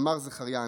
אמר זכריה הנביא.